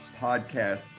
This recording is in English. podcast